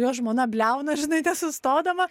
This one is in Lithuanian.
jo žmona bliauna žinai nesustodama